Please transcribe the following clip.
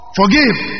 forgive